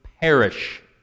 perish